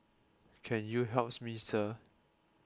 can you helps me Sir